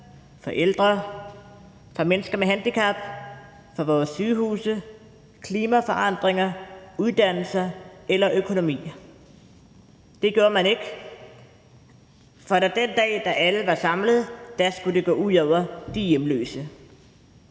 for ældre, for mennesker med handicap, for vores sygehuse, klimaforandringer, uddannelse eller økonomi. Det gjorde man ikke, for den dag, da alle var samlet, skulle det gå ud over de hjemløse.